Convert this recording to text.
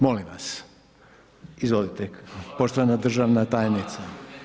Molim vas, izvolite, poštovana držana tajnice.